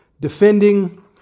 defending